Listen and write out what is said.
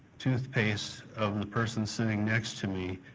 toothpaste of the person sitting next to me,